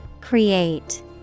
Create